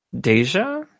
Deja